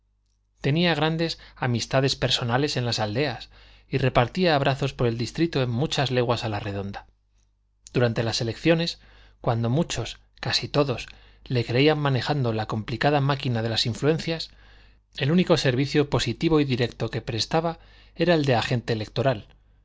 tenía grandes amistades personales en las aldeas y repartía abrazos por el distrito en muchas leguas a la redonda durante las elecciones cuando muchos casi todos le creían manejando la complicada máquina de las influencias el único servicio positivo y directo que prestaba era el de agente electoral